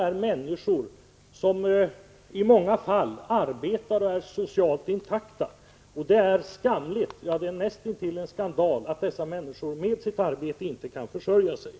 De människor som det här rör sig om arbetar och är socialt intakta, och det är skamligt — ja näst intill en skandal — att de inte kan försörja sig på sitt arbete.